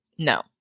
No